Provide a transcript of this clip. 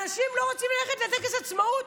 אנשים לא רוצים ללכת לטקס העצמאות.